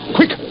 Quick